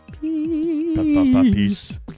Peace